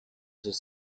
sus